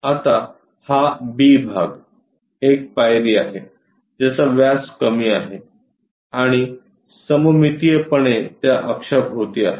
आता हा बी भाग एक पायरी आहे ज्याचा व्यास कमी आहे आणि सममितीयपणे त्या अक्षाभोवती आहे